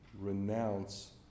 renounce